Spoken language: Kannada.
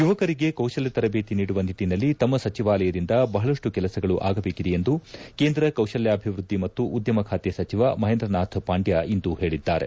ಯುವಕರಿಗೆ ಕೌಶಲ್ಲ ತರಬೇತಿ ನೀಡುವ ನಿಟ್ಟನಲ್ಲಿ ತಮ್ಮ ಸಚಿವಾಲಯದಿಂದ ಬಹಳಷ್ಟು ಕೆಲಸಗಳು ಆಗಬೇಕಾಗಿದೆ ಎಂದು ಕೇಂದ್ರ ಕೌಶಲ್ಯಾಭಿವೃದ್ಧಿ ಮತ್ತು ಉದ್ಯಮ ಖಾತೆ ಸಚಿವ ಮಹೇಂದ್ರನಾಥ್ ಪಾಂಡ್ವ ಇಂದು ಹೇಳಿದ್ದಾರೆ